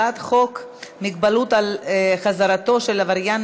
הצעת חוק מגבלות על חזרתו של עבריין